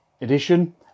edition